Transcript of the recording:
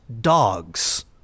dogs